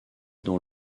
dans